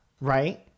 right